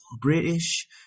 British